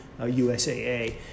USAA